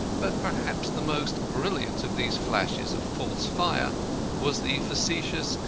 but perhaps the most brilliant of these flashes of false fire was the facetious,